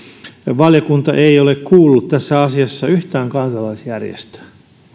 valiokunta ei ole kuullut tässä asiassa yhtään kansalaisjärjestöä